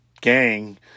gang